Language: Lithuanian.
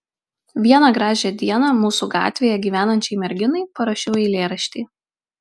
vieną gražią dieną mūsų gatvėje gyvenančiai merginai parašiau eilėraštį